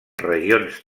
regions